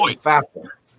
faster